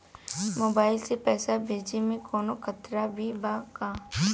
Mobile से पैसा भेजे मे कौनों खतरा भी बा का?